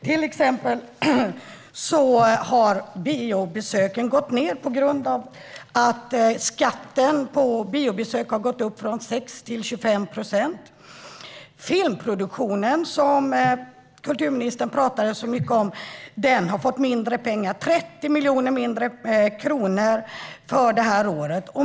Till exempel har biobesöken gått ned på grund av att skatten på biobesök har gått upp från 6 till 25 procent. Filmproduktionen, som kulturministern pratade så mycket om, har fått 30 miljoner kronor mindre för detta år.